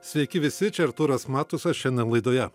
sveiki visi čia artūras matusas šiandien laidoje